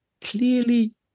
clearly